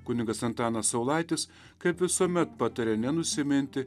kunigas antanas saulaitis kaip visuomet pataria nenusiminti